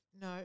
No